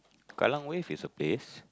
Kallang-Wave is a place